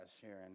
Sharon